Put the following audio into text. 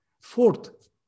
Fourth